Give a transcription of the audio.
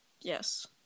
Yes